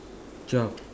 twelve